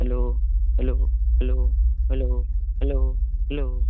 hello hello hello hello hello hello